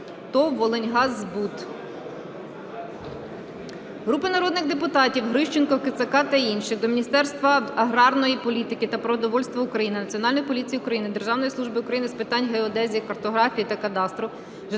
("ТОВ Волиньгаз Збут"). Групи народних депутатів (Грищенко, Кицака та інших) до Міністерства аграрної політики та продовольства України, Національної поліції України, Державної служби України з питань геодезії, картографії та кадастру,